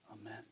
Amen